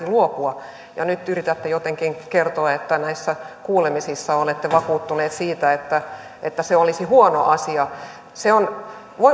luopua ja nyt yritätte jotenkin kertoa että näissä kuulemisissa olette vakuuttuneet siitä että että se olisi huono asia